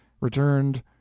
returned